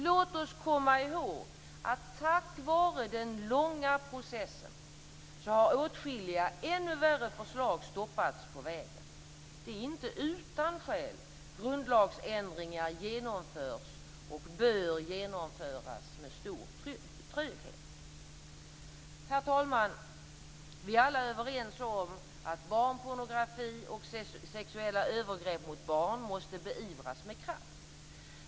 Låt oss komma ihåg att tack vare den långa processen har åtskilliga ännu värre förslag stoppats på vägen. Det är inte utan skäl grundlagsändringar genomförs och bör genomföras med stor tröghet. Herr talman! Vi är alla överens om att barnpornografi och sexuella övergrepp mot barn måste beivras med kraft.